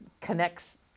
connects